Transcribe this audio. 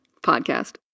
podcast